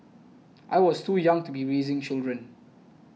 I was too young to be raising children